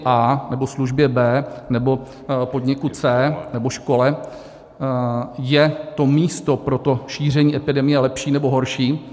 A nebo službě B nebo v podniku C nebo škole je to místo pro to šíření epidemie lepší nebo horší.